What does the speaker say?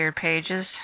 pages